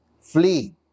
flee